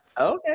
Okay